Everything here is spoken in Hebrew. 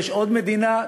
ויש עוד מדינה.